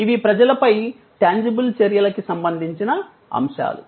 ఇవి ప్రజలపై టాంజిబుల్ చర్యల కి సంబంధించిన అంశాలు